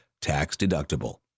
tax-deductible